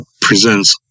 presents